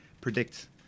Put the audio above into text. predict